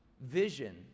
vision